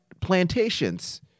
plantations